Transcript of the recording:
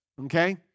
Okay